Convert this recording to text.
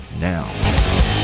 now